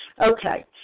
Okay